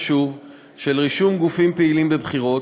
חשוב של רישום גופים פעילים בבחירות,